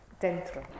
dentro